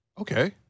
Okay